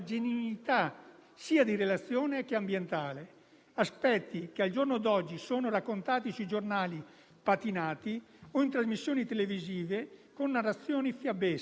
soprattutto quella invernale e il fatto che il Governo, senza alcun minimo confronto né spiegazione plausibile o logica, abbia deciso di chiudere gli impianti di risalita